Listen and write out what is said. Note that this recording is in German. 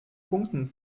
punkten